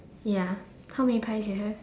ya how many pies you have